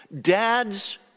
dad's